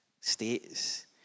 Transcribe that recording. states